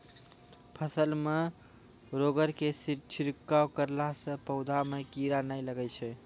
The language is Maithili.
फसल मे रोगऽर के छिड़काव करला से पौधा मे कीड़ा नैय लागै छै?